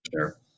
Sure